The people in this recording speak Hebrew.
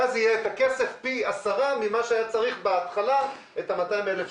ואז יהיה את הכסף פי עשרה ממה שהיה צריך בהתחלה את ה-200,000 שקל.